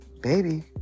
Baby